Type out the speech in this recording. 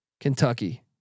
Kentucky